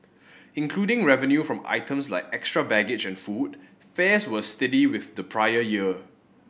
including revenue from items like extra baggage and food fares were steady with the prior year